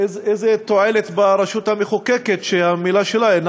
איזו תועלת יש ברשות המחוקקת שהמילה שלה אינה